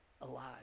alive